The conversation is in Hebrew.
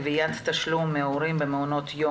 "גביית תשלום מהורים במעונות יום